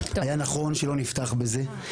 היה נכון שלא נפתח בזה.